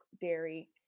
dairy